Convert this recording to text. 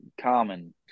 common